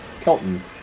Kelton